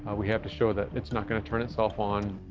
we have to show that it's not going to turn itself on.